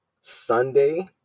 Sunday